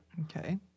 Okay